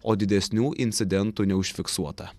o didesnių incidentų neužfiksuota